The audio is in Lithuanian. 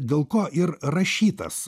dėl ko ir rašytas